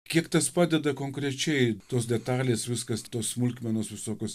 kiek tas padeda konkrečiai tos detalės viskas tos smulkmenos visokios